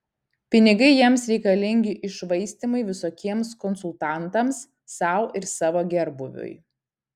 pinigai jiems reikalingi iššvaistymui visokiems konsultantams sau ir savo gerbūviui